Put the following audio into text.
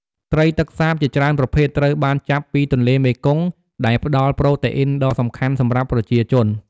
ត្រីទឹកសាបជាច្រើនប្រភេទត្រូវបានចាប់ពីទន្លេមេគង្គ ដែលផ្ដល់ប្រូតេអ៊ីនដ៏សំខាន់សម្រាប់ប្រជាជន។